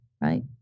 right